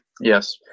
Yes